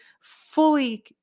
fully